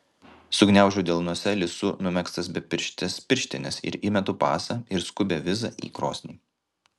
sugniaužiu delnuose lisu numegztas bepirštes pirštines ir įmetu pasą ir skubią vizą į krosnį